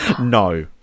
No